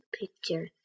picture